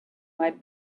might